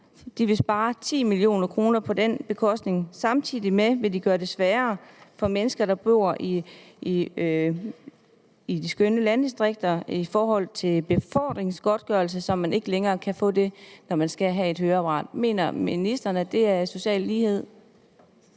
De vil spare 10 mio. kr. på den konto. Samtidig vil de gøre det sværere for mennesker, der bor i de skønne landdistrikter i forhold til befordringsgodtgørelse, så man ikke længere kan få det, når man skal have et høreapparat. Mener ministeren, at det er social lighed?